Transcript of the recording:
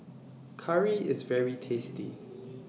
Curry IS very tasty